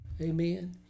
amen